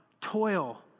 toil